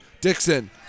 Dixon